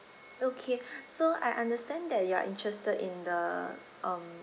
okay so I understand that you are interested in the um